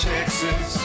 Texas